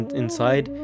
inside